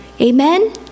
Amen